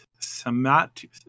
Samat